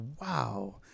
Wow